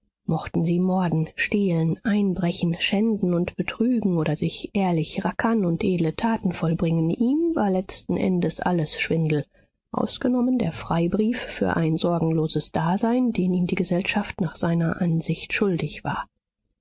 mochten sie morden stehlen einbrechen schänden und betrügen oder sich ehrlich rackern und edle taten vollbringen ihm war letzten endes alles schwindel ausgenommen der freibrief für ein sorgenloses dasein den ihm die gesellschaft nach seiner ansicht schuldig war